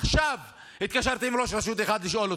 עכשיו התקשרתי לראש רשות אחד לשאול אותו: